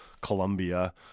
Colombia